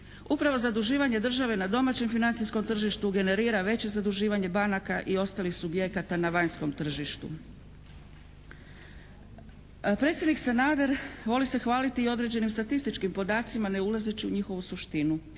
Upravo zaduživanje države na domaćem financijskom tržištu generira veće zaduživanje banaka i ostalih subjekata na vanjskom tržištu. Predsjednik Sanader voli se hvaliti i određenim statističkim podacima, ne ulazeći u njihovu suštinu.